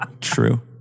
true